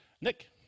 Nick